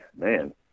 man